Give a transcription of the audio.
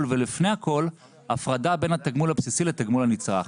ולפני הכול הפרדה בין התגמול הבסיסי לתגמול הנצרך.